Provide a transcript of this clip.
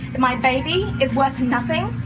my baby is worth nothing?